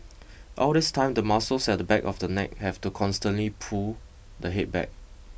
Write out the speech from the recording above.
all this time the muscles at the back of the neck have to constantly pull the head back